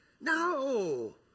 No